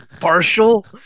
Partial